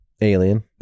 alien